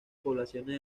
poblaciones